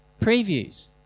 Previews